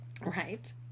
Right